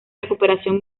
recuperación